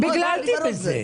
טיפלתי בזה.